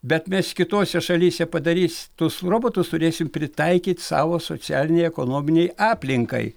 bet mes kitose šalyse padarys tuos robotus turėsim pritaikyt savo socialinei ekonominei aplinkai